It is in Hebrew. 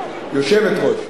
יושבת-ראש.